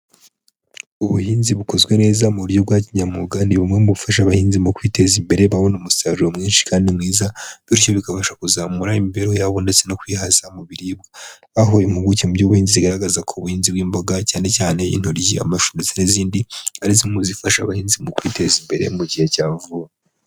Ubuhinzi bukozwe neza mu buryo bwa kinyamwuga, ni bumwe mu bufasha abahinzi mu kwiteza imbere, babona umusaruro mwinshi kandi mwiza, bityo bikabasha kuzamura imibereho yabo ndetse no kwihaza mu biribwa. Aho impuguke mu by'ubuhinzi zigaragaza ko ubuhinzi bw'imboga, cyane cyane intoryi, amashu n'izindi, ari zimwe mu zifasha abahinzi mu kwiteza imbere, mu gihe cya vuba.